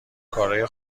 کارای